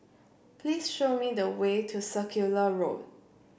please show me the way to Circular Road